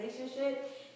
relationship